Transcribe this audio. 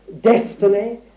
destiny